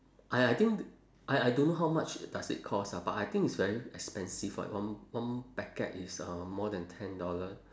I I think I I don't know how much does it cost ah but I think it's very expensive [what] one one packet is uh more than ten dollar